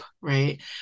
right